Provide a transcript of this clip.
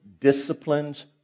disciplines